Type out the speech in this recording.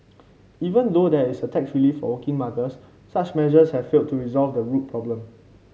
even though there is tax relief for working mothers such measures have failed to resolve the root problem